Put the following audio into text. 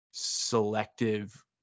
selective